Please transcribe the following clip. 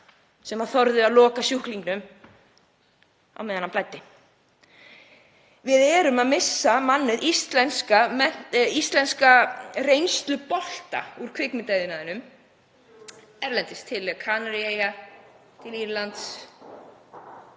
sem þorðu að loka sjúklingnum á meðan honum blæddi. Við erum að missa mannauð, íslenska reynslubolta úr kvikmyndaiðnaðinum, til útlanda, til Kanaríeyja, til Írlands.